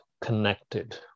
connected